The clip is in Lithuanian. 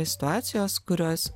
situacijos kurios